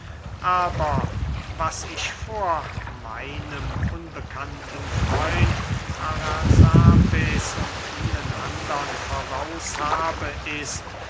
aber was ich vor meinem unbekannten freund arasambes und vielen andern voraus habe ist